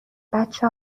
بچه